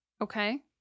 Okay